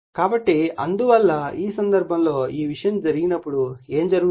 కాబట్టి అందువల్ల ఈ సందర్భంలో ఈ విషయం జరిగినప్పుడు ఏమి జరుగుతుంది